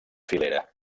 filera